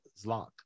zlock